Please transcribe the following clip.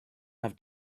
have